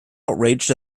outraged